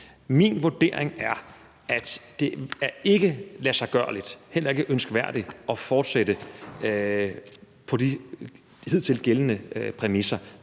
Min vurdering er, at det ikke er ladsiggørligt og heller ikke ønskværdigt at fortsætte på de hidtil gældende præmisser.